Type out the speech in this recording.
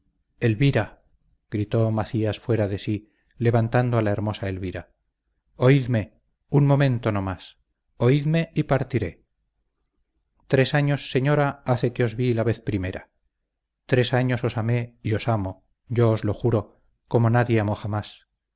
elvira gritó macías fuera de sí levantando a la hermosa elvira oídme un momento no más oídme y partiré tres años señora hace que os vi la vez primera tres años os amé y os amo yo os lo juro como nadie amó jamás